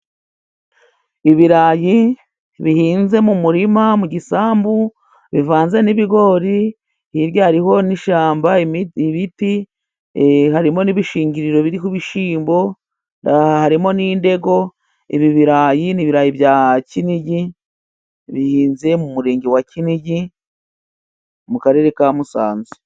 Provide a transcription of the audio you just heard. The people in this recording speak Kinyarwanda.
Ibirayi bihinze mu murima, mu gisambu, bivanze n'ibigori, hirya hariho n'ishyamba, ibiti, harimo n'ibishingiriro biriho ibishyimbo, harimo n'indego, ibi birarayi, ni ibirayi bya Kinigi bihinze mu murenge wa Kinigi, mu karere ka Musanze.